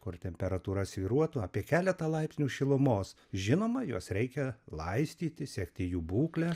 kur temperatūra svyruotų apie keletą laipsnių šilumos žinoma juos reikia laistyti sekti jų būklę